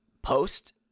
post